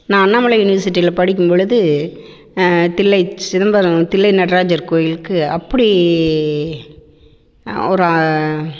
நான் அண்ணாமலை யுனிவர்சிட்டியில படிக்கும்பொழுது தில்லை சிதம்பரம் தில்லை நடராஜர் கோயிலுக்கு அப்படி ஒரு